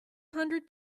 hundred